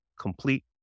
complete